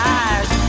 eyes